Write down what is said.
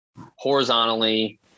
horizontally